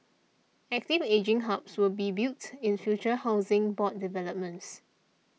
active ageing hubs will be built in future Housing Board developments